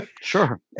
Sure